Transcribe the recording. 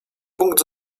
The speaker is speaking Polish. punkt